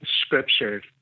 Scripture